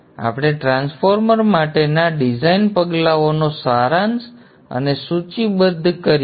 ચાલો આપણે ટ્રાન્સફોર્મર માટેના ડિઝાઇન પગલાઓનો સારાંશ અને સૂચિબદ્ધ કરીએ